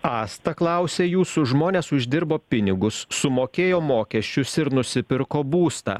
asta klausia jūsų žmonės uždirbo pinigus sumokėjo mokesčius ir nusipirko būstą